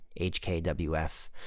HKWF